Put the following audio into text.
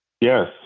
Yes